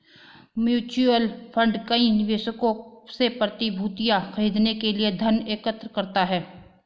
mutual fund कई निवेशकों से प्रतिभूतियां खरीदने के लिए धन एकत्र करता है